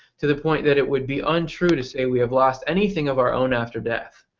to the point that it would be untrue to say we have lost anything of our own after death,